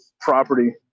property